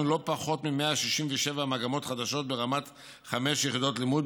לא פחות מ-167 מגמות חדשות ברמת 5 יחידות לימוד,